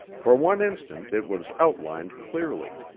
for one instant it was outlined clearly.